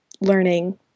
learning